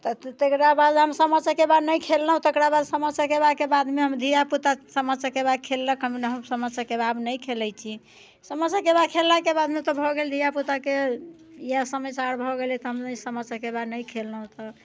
तऽ तकरा बाद हम सामा चकेवा नहि खेललहुँ तकरा बाद सामा चकेवाके बादमे हम धिया पूता सामा चकेवा खेललक हम सामा चकेवा आब नहि खेलै छी सामा चकेवा खेललाके बादमे तऽ भऽ गेल धिया पूताके इएह समाचार भऽ गेलै तऽ हम नहि सामा चकेवा नहि खेललहुँ तऽ